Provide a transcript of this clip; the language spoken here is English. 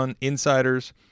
insiders